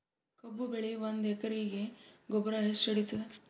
ಕಬ್ಬು ಬೆಳಿ ಒಂದ್ ಎಕರಿಗಿ ಗೊಬ್ಬರ ಎಷ್ಟು ಹಿಡೀತದ?